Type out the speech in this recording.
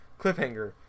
cliffhanger